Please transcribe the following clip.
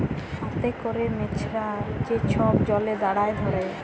হাতে ক্যরে মেছরা যে ছব জলে দাঁড়ায় ধ্যরে